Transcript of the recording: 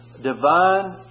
divine